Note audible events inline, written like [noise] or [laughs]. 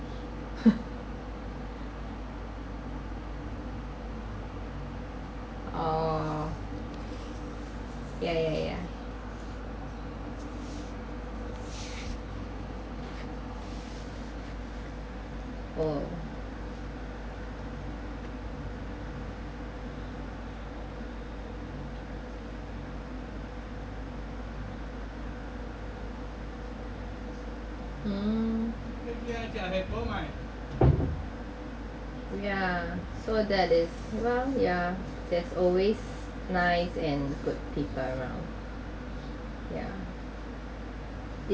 [laughs] oh yeah yeah yeah oh mm yeah so that is yeah that's always nice and good people around yeah did